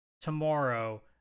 tomorrow